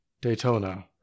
Daytona